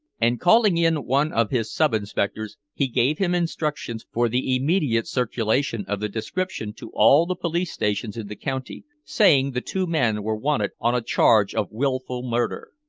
and calling in one of his sub-inspectors, he gave him instructions for the immediate circulation of the description to all the police-stations in the county, saying the two men were wanted on a charge of willful murder.